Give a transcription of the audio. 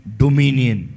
dominion